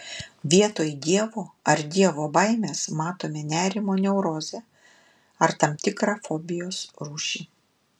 vietoj dievo ar dievo baimės matome nerimo neurozę ar tam tikrą fobijos rūšį